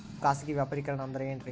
ಖಾಸಗಿ ವ್ಯಾಪಾರಿಕರಣ ಅಂದರೆ ಏನ್ರಿ?